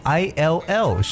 ill